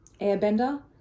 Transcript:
airbender